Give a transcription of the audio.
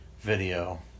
video